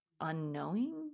unknowing